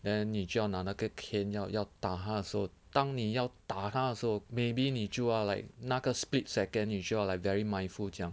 then 你就要拿那个 cane 要要打他的时候当你要打他的时候 maybe 你就要 like 那个 split second 你就要 like very mindful 讲